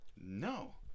No